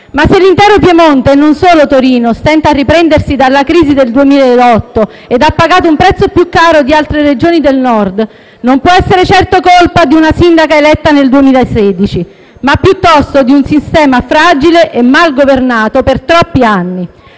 Ma se l'intero Piemonte, e non solo Torino, stenta a riprendersi dalla crisi del 2008 e ha pagato un prezzo più caro di altre Regioni del Nord non può essere certo colpa di una sindaca eletta nel 2016, ma piuttosto di un sistema fragile e mal governato per troppi anni.